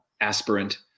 aspirant